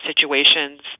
situations